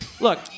look